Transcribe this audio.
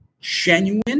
genuine